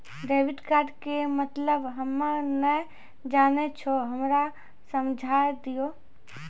Debit card के मतलब हम्मे नैय जानै छौ हमरा समझाय दियौ?